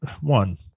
one